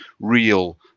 real